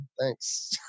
thanks